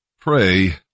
Pray